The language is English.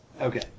Okay